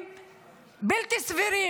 ובחוסר משילות,